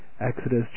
Exodus